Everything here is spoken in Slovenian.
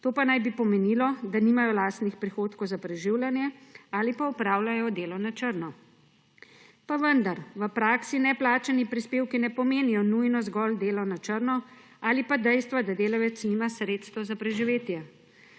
To pa naj bi pomenilo, da nimajo lastnih prihodkov za preživljanje ali pa opravljajo delo na črno. Pa vendar v praksi neplačani prispevki ne pomenijo nujno zgolj dela na črno ali pa dejstva, da delavec nima sredstev za preživetje.